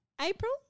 April